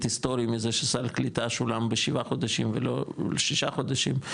שריד היסטורי מזה שסל קליטה שולם בשבעה חודשים ולא שישה חודשים,